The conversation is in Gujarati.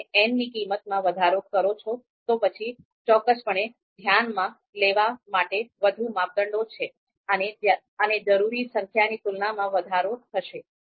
જો તમે n ની કિંમતમાં વધારો કરો છો તો પછી ચોક્કસપણે ધ્યાનમાં લેવા માટેના વધુ માપદંડો છે અને જરૂરી સંખ્યાની તુલનામાં વધારો થશે